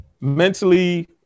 mentally